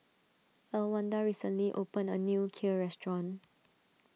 Elwanda recently opened a new Kheer restaurant